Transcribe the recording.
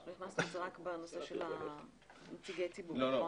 הכנסנו את זה רק בנושא של נציגי ציבור.